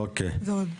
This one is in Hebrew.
אוקיי, טוב.